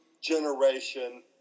generation